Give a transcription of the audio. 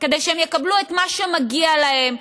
כדי שהם יקבלו את מה שמגיע להם,